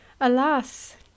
Alas